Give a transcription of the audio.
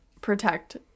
protect